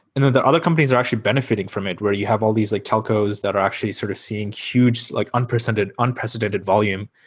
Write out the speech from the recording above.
and then the other companies are actually benefitting from it, where you have all these like telcos that are actually sort of seeing huge, like unprecedented unprecedented volume,